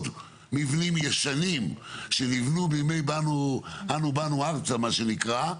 מבנים ישנים שניבנו בימי אנו באנו ארצה מה שנקרא,